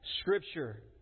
scripture